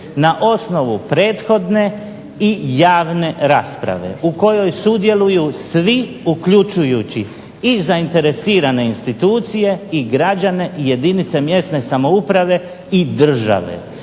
na osnovu prethodne i javne rasprave u kojoj sudjeluju svi, uključujući i zainteresirane institucije i građane i jedinice mjesne samouprave i države.